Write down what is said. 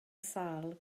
sâl